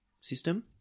system